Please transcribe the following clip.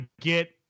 get